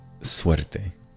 suerte